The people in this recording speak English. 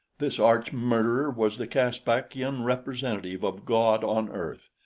this arch-murderer was the caspakian representative of god on earth!